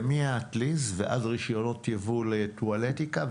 זה מהאטליז ועד לרישיונות יבוא לטואלטיקה,